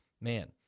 man